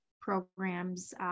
programs